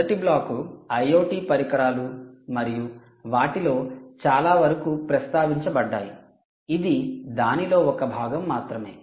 మొదటి block IoT పరికరాలు మరియు వాటిలో చాలా వరకు ప్రస్తావించబడ్డాయి ఇది దానిలో ఒక భాగం మాత్రమే